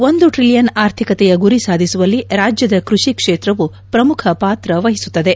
ಒಂದು ಟ್ರಿಲಿಯನ್ ಆರ್ಥಿಕತೆಯ ಗುರಿ ಸಾಧಿಸುವಲ್ಲಿ ರಾಜ್ಯದ ಕೃಷಿ ಕ್ಷೇತ್ರವು ಪ್ರಮುಖ ಪಾತ್ರ ವಹಿಸುತ್ತದೆ